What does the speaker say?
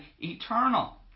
eternal